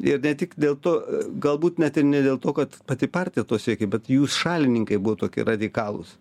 ir ne tik dėl to galbūt net ir ne dėl to kad pati partija to siekė bet jų šalininkai buvo tokie radikalūs